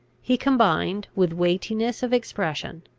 he combined, with weightiness of expression,